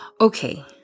Okay